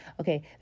Okay